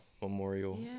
Memorial